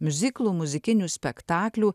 miuziklų muzikinių spektaklių